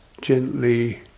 gently